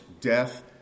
death